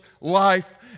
life